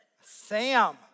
Sam